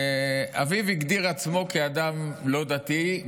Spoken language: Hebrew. אביו הגדיר את עצמו כאדם לא דתי,